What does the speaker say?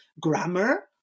grammar